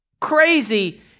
crazy